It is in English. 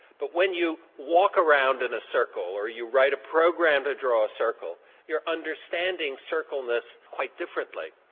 but when you walk around in a circle, or you write a program to draw a circle your understanding circleness quite differently.